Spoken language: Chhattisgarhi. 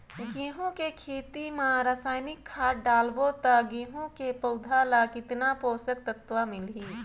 गंहू के खेती मां रसायनिक खाद डालबो ता गंहू के पौधा ला कितन पोषक तत्व मिलही?